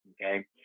Okay